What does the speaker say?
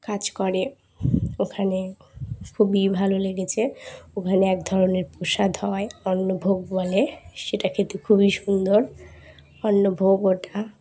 কাজ করে ওখানে খুবই ভালো লেগেছে ওখানে এক ধরনের প্রসাদ হয় অন্নভোগ বলে সেটা খেতে খুবই সুন্দর অন্নভোগ ওটা